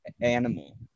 animal